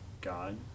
God